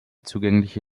zugängliche